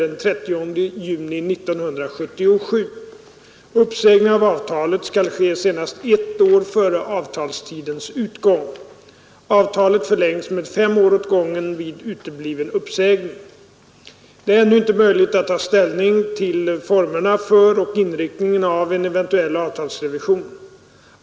Det är ännu inte möjligt att ta ställning till formerna för och inriktningen av en eventuell avtalsrevision.